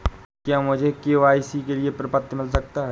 क्या मुझे के.वाई.सी के लिए प्रपत्र मिल सकता है?